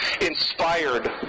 inspired